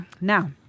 Now